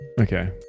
Okay